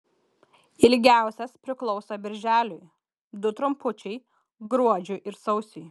ilgiausias priklauso birželiui du trumpučiai gruodžiui ir sausiui